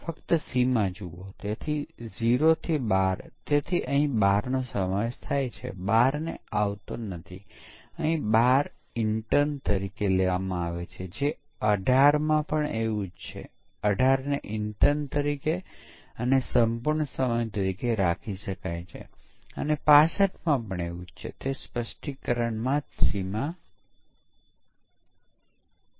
તો ચાલો આપણે એ પ્રવૃત્તિઓ જોઈએ કે જે સામાન્ય રીતે સોફ્ટવેર માટે પરીક્ષણ લેવામાં આવે છે એક છે test suite design test case ચલાવવો પરીક્ષણ ના પરિણામો તપાસો અને જુઓ નિષ્ફળતાઓ છે કે નહીં તે અને પછી નિષ્ફળતાની સૂચિ અથવા પરીક્ષણ અહેવાલ તૈયાર કરો